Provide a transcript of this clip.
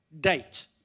date